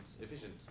efficient